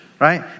right